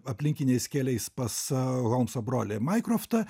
aplinkiniais keliais pas holmso brolį maikroftą